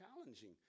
challenging